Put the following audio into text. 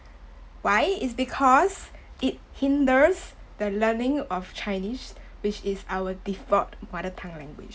why is because it hinders the learning of chinese which is our default mother tongue language